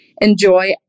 enjoy